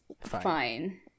fine